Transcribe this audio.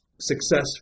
success